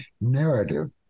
narrative